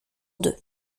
d’eux